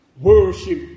worship